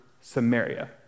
Samaria